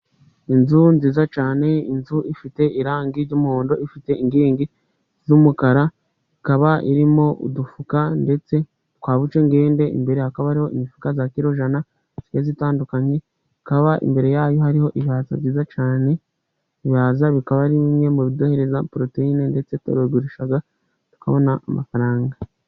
Inzu nziza cyane, inzu ifite irangi ry'umuhondo, ifite inkingi z'umukara, ikaba irimo udufuka ndetse twabuke ngende, imbere hakaba hari imifuka ya kilo jana igiye itandukanye, hakaba imbere yayo hariho ibihaza byiza cyane, ibihaza bikaba ari bimwe mu biduhereza poroteyine ndetse turabigurisha tukabona amafaranga.